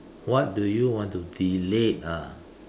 what do you want to delete ah